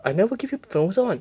I never give you 粉红色 （one)